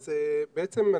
בבקשה.